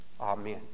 Amen